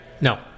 No